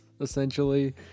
essentially